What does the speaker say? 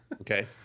Okay